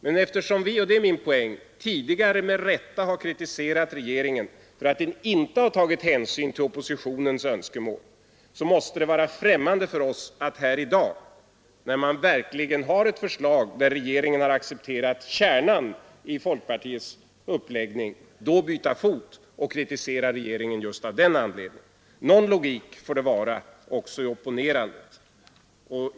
Men eftersom vi — och det är min poäng — tidigare med rätta har kritiserat regeringen för att den inte har tagit hänsyn till oppositionens önskemål så måste det vara främmande för oss här i dag, när det föreligger ett förslag där regeringen har accepterat kärnan i folkpartiets uppläggning, att byta fot och kritisera regeringen just av den anledningen. Någon logik får det lov att vara också i opponerandet.